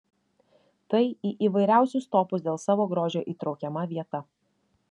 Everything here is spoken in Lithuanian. tai į įvairiausius topus dėl savo grožio įtraukiama vieta